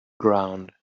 ground